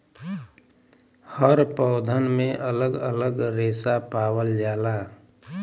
हर पौधन में अलग अलग रेसा पावल जाला